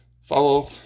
Follow